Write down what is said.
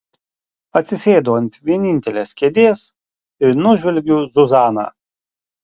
atsisėdu ant vienintelės kėdės ir nužvelgiu zuzaną